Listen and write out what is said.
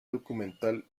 documental